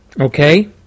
okay